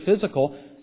physical